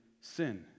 sin